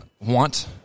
want